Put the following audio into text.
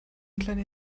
kleiner